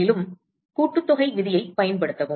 மேலும் கூட்டுத்தொகை விதியைப் பயன்படுத்தவும்